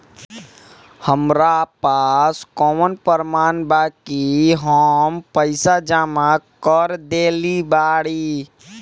हमरा पास कौन प्रमाण बा कि हम पईसा जमा कर देली बारी?